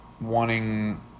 wanting